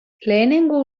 lehenengo